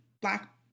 Black